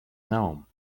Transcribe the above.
gnome